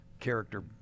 character